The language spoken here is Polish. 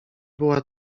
była